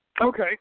Okay